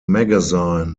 magazine